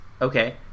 Okay